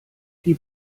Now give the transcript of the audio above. die